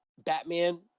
Batman